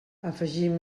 afegim